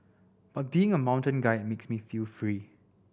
but being a mountain guide makes me feel free